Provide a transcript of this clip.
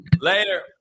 later